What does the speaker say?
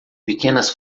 pequenas